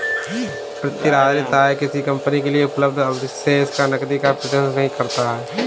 प्रतिधारित आय किसी कंपनी के लिए उपलब्ध अधिशेष नकदी का प्रतिनिधित्व नहीं करती है